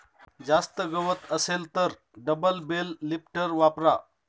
जास्त गवत असेल तर डबल बेल लिफ्टर वापरा